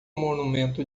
monumento